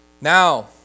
Now